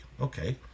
Okay